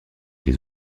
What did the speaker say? les